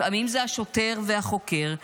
לפעמים השוטר והחוקר,